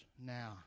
now